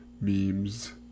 Memes